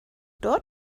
dort